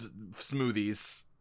smoothies